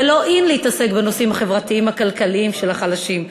זה לא in להתעסק בנושאים החברתיים-הכלכליים של החלשים,